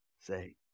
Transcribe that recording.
say